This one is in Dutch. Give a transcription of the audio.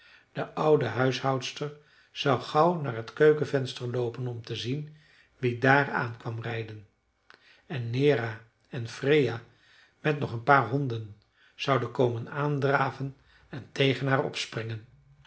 de oude huishoudster zou gauw naar t keukenvenster loopen om te zien wie daar aan kwam rijden en nera en freja met nog een paar honden zouden komen aandraven en tegen haar opspringen